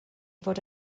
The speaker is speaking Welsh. fod